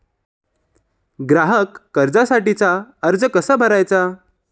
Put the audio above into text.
ग्राहक कर्जासाठीचा अर्ज कसा भरायचा?